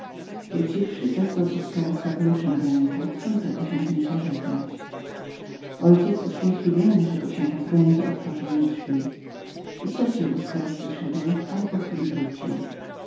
wróciwszy zastał buquerabusquera z kapeluszem w ręku chcącego z nim się pożegnać mój ojciec uszczęśliwiony że go się pozbędzie otworzył mu drzwi w istocie busqueros wyszedł ale po chwili wrócił